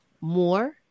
more